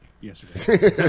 yesterday